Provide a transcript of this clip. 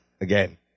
again